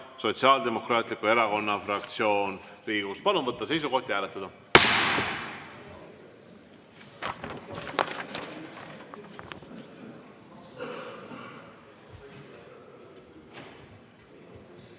Sotsiaaldemokraatliku Erakonna fraktsioon Riigikogus. Palun võtta seisukoht ja hääletada!